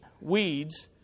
weeds